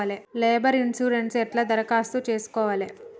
Labour insurance ఎట్ల దరఖాస్తు చేసుకోవాలే?